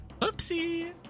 Oopsie